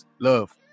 Love